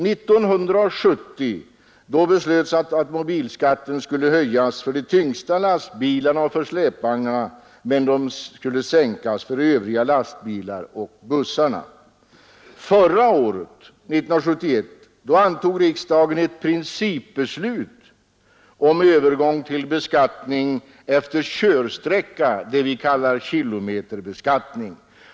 1970 beslöts att automobilskatten skulle höjas för de tyngsta lastbilarna och släpvagnarna men sänkas för övriga lastbilar och bussar. Förra året, 1971, antog riksdagen ett principbeslut om övergång till beskattning efter körsträcka — det vi kallar kilometerbeskattning.